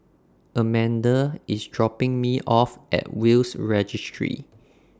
Amanda IS dropping Me off At Will's Registry